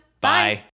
Bye